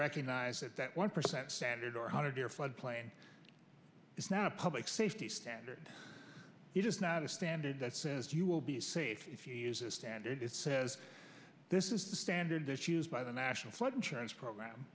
recognize that that one percent standard or hundred year flood plain is not a public safety standard it is not a standard that says you will be safe if you use a standard it says this is the standard that used by the national flood insurance program